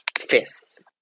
Fifth